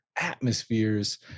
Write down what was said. Atmospheres